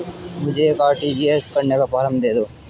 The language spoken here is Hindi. मुझे एक आर.टी.जी.एस करने का फारम दे दो?